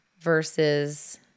versus